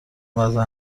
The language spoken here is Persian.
وضع